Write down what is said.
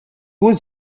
was